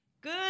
Good